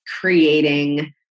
creating